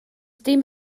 dim